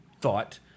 thought